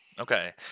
okay